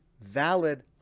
valid